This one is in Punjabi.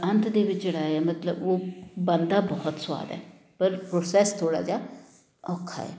ਅੰਤ ਦੇ ਵਿੱਚ ਜਿਹੜਾ ਆ ਮਤਲਬ ਉਹ ਬਣਦਾ ਬਹੁਤ ਸਵਾਦ ਹੈ ਪਰ ਪ੍ਰੋਸੈਸ ਥੋੜ੍ਹਾ ਜਿਹਾ ਔਖਾ ਹੈ